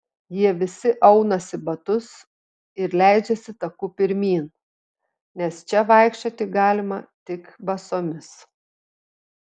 jie visi aunasi batus ir leidžiasi taku pirmyn nes čia vaikščioti galima tik basomis